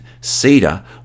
cedar